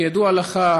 כידוע לך,